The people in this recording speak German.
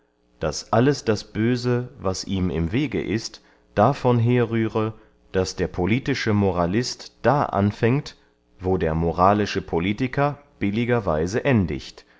daß alles das böse was ihm im wege ist davon herrühre daß der politische moralist da anfängt wo der moralische politiker billigerweise endigt